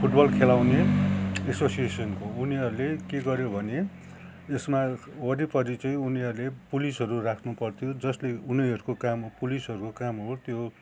football खेलाउने एसोसिएसनको हो उनीहरले के गऱ्यो भने यसमा वरिपरि चाहिँ उनीहरूले पुलिसहरू राख्नु पर्थ्यो जसले उनीहरूको काम हो पुलिसहरूको काम हो त्यो